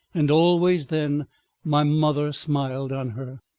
and always then my mother smiled on her.